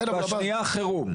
והשנייה חירום.